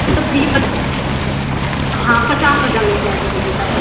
तो भी पच्चीस हाँ पचास हज़ार लग जाएगा भैया तब